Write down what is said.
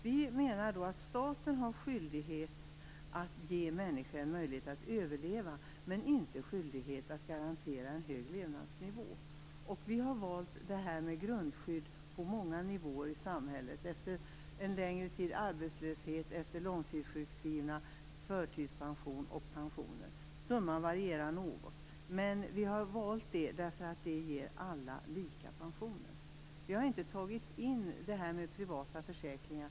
Vi menar att staten har skyldighet att ge människor en möjlighet att överleva, men inte skyldighet att garantera en hög levnadsnivå. Vi har valt grundskydd på många nivåer i samhället, efter en längre tids arbetslöshet, efter långtidssjukskrivning, förtidspension och pensioner. Summan varierar något. Vi har valt det därför att det ger alla lika pensioner. Vi har inte tagit med frågan om privata försäkringar.